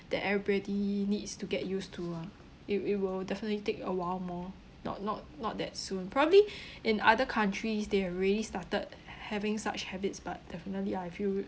that everybody needs to get used to ah it it will definitely take a while more not not not that soon probably in other countries they've really started ha~ having such habits but definitely I feel